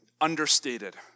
understated